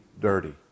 dirty